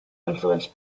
influenced